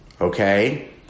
Okay